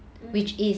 mm